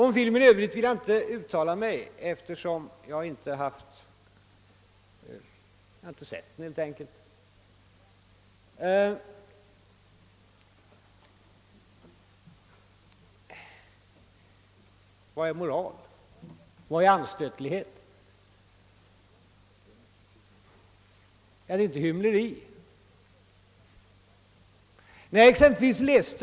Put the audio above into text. Om filmen i övrigt vill jag inte uttala mig, därför att jag helt enkelt inte har sett den. Vad är moral? Vad är anstötligt? Vad är hymleri?